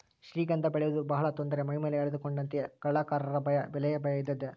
ಶ್ರೀಗಂಧ ಬೆಳೆಯುವುದು ಬಹಳ ತೊಂದರೆ ಮೈಮೇಲೆ ಎಳೆದುಕೊಂಡಂತೆಯೇ ಕಳ್ಳಕಾಕರ ಭಯ ಬೆಲೆಯ ಭಯ ಇದ್ದದ್ದೇ